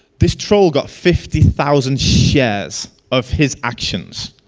this troll got fifty thousand shares of his actions.